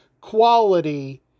quality